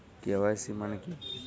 KYC মানে কী?